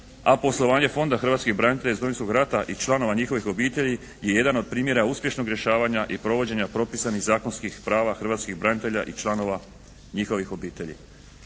a poslovanje Fonda hrvatskih branitelja iz Domovinskog rata i članova njihovih obitelji je jedan od primjera uspješnog rješavanja i provođenja propisanih zakonskih prava hrvatskih branitelja i članova njihovih obitelji.